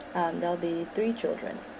um there'll be three children